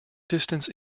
distance